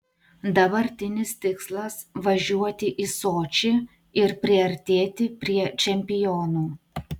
dabartinis tikslas važiuoti į sočį ir priartėti prie čempionų